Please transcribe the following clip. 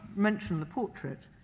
mention the portrait,